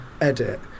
edit